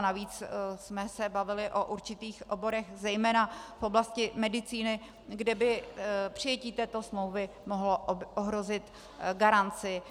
Navíc jsme se bavili o určitých oborech zejména v oblasti medicíny, kde by přijetí této smlouvy mohlo ohrozit garanci